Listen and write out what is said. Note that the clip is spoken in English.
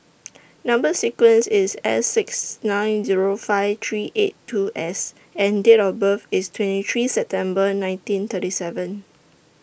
Number sequence IS S six nine Zero five three eight two S and Date of birth IS twenty three September nineteen thirty seven